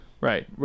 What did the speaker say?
Right